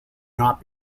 not